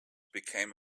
became